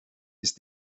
ist